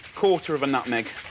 quarter of a nutmeg.